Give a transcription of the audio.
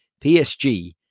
PSG